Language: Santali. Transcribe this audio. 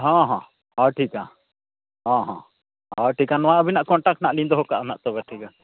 ᱦᱮᱸ ᱦᱮᱸ ᱦᱮᱸ ᱴᱷᱤᱠᱟ ᱦᱮᱸ ᱦᱮᱸ ᱴᱷᱤᱠᱟ ᱱᱚᱣᱟ ᱟᱵᱤᱱᱟᱜ ᱠᱚᱱᱴᱟᱠ ᱱᱟᱦᱟᱜᱞᱤᱧ ᱫᱚᱦᱚᱠᱟᱜᱼᱟ ᱱᱟᱦᱟᱜ ᱛᱚᱵᱮ ᱴᱷᱤᱠᱟ